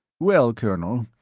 well, colonel,